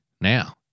now